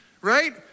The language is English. right